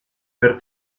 per